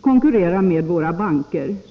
konkurrera med våra banker.